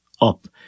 up